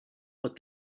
but